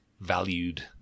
valued